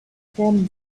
from